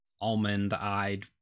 almond-eyed